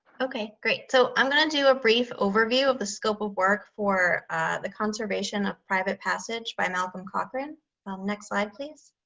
okay, great. so i'm going to do a brief overview of the scope of work for the conservation private passage by malcolm cochrane well. next slide please.